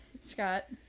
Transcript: Scott